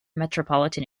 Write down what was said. metropolitan